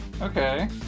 Okay